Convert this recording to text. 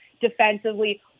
defensively